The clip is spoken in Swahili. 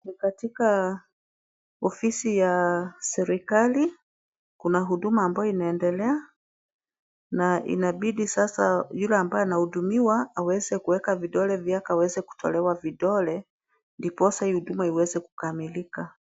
Ni katika ofisi ya serikali. Kuna huduma ambayo inaendelea na inabidi sasa yule ambaye anahudumiwa aweze kuweka vidole vyake aweze kutolewa vidole, ndiposa hii huduma iweze kukamilika.